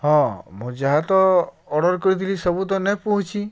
ହଁ ମୁଁ ଯାହା ତ ଅର୍ଡ଼ର୍ କରିଥିଲି ସବୁ ତ ନେ ପହଁଚି